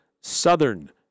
Southern